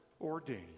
ordained